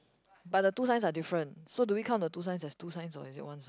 but the two signs are different so do we count the two signs as two signs or is it one